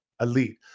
elite